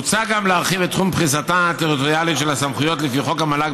מוצע להרחיב את תחום פריסתה הטריטוריאלית של הסמכויות לפי חוק המל"ג